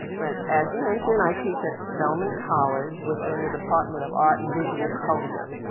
but as you mentioned, i teach at spelman college within the department of art and visual culture.